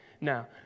now